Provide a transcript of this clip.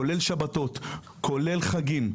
כולם שבתות וחגים,